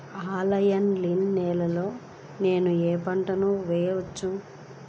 Alkaline నేలలో నేనూ ఏ పంటను వేసుకోవచ్చు?